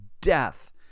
death